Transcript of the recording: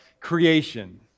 creation